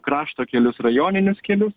krašto kelius rajoninius kelius